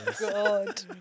God